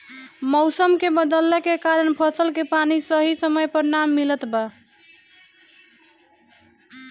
मउसम के बदलला के कारण फसल के पानी सही समय पर ना मिलत बा